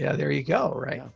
yeah there you go. alright. yeah,